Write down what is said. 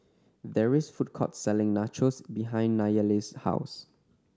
there's a food court selling Nachos behind Nayeli's house